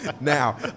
now